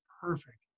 perfect